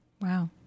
Wow